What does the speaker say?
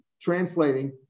translating